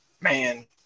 man